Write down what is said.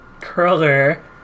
curler